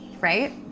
Right